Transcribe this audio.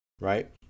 right